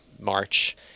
March